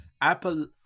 apple